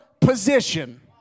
position